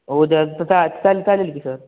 हो द्या तर चा चालेल चालेल की सर